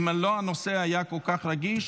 אם הנושא לא היה כל כך רגיש,